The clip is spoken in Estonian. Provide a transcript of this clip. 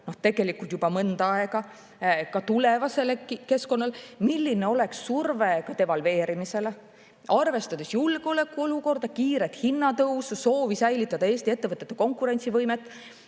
tegelikult juba mõnda aega, ka tulevasele keskkonnale? Milline oleks surve devalveerimisele? Arvestades julgeolekuolukorda, kiiret hinnatõusu, soovi säilitada Eesti ettevõtete konkurentsivõimet,